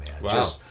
Wow